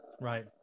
Right